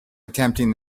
attempting